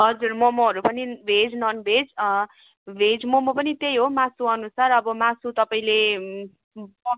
हजुर मोमोहरू पनि भेज ननभेज भेज मोमो पनि त्यही हो मासु अनुसार अब मासु तपाईँले पोर्क खानु